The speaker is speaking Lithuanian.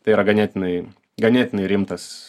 tai yra ganėtinai ganėtinai rimtas